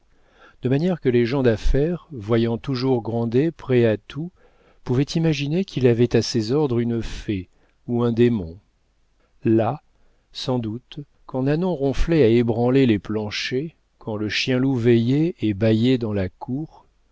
de manière que les gens d'affaires voyant toujours grandet prêt à tout pouvaient imaginer qu'il avait à ses ordres une fée ou un démon là sans doute quand nanon ronflait à ébranler les planchers quand le chien loup veillait et bâillait dans la cour